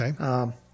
Okay